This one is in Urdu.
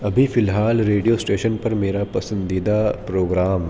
ابھی فی الحال ریڈیو اسٹیشن پر میرا پسندیدہ پروگرام